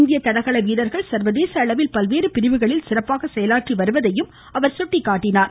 இந்திய தடகள வீரர்கள் சர்வதேச அளவில் பல்வேற பிரிவுகளில் சிறப்பாக செயலாற்றி வருவதையும் அவர் சுட்டிக்காட்டினார்